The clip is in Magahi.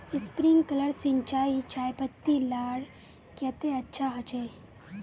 स्प्रिंकलर सिंचाई चयपत्ति लार केते अच्छा होचए?